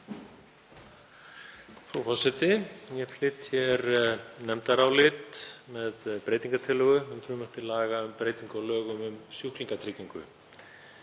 Frú forseti. Ég flyt hér nefndarálit með breytingartillögu um frumvarp til laga um breytingu á lögum um sjúklingatryggingu.